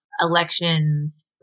elections